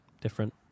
different